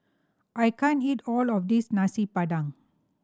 I can't eat all of this Nasi Padang